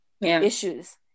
issues